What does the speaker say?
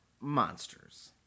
monsters